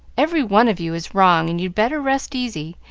every one of you is wrong, and you'd better rest easy,